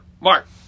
Mark